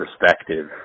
perspective